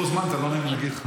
לא הוזמנת, לא נעים לי להגיד לך.